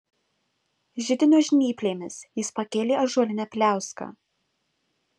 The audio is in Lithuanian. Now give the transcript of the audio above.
židinio žnyplėmis jis pakėlė ąžuolinę pliauską